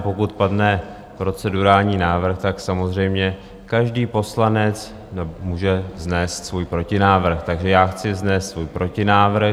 Pokud padne procedurální návrh, samozřejmě každý poslanec může vznést svůj protinávrh, takže já chci vznést svůj protinávrh.